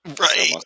Right